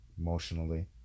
emotionally